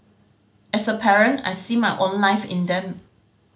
as a parent I see my own life in them